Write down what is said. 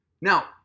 Now